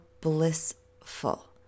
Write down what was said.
blissful